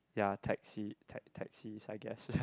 ya taxi taxis I guess